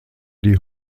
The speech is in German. die